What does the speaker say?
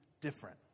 different